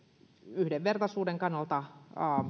yhdenvertaisuuden kannalta